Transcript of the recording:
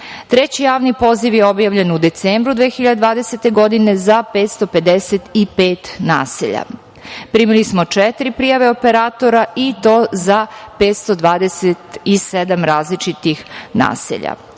Treći javni poziv je objavljen u decembru 2020. godine za 555 naselja. Primili smo četiri prijave operatora i to za 527 različitih naselja.